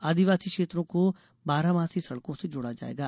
आदिवासी क्षेत्रों को बारहमासी सड़कों से जोड़ा जायेगा